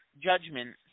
judgment